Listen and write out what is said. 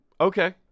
Okay